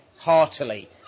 heartily